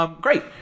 Great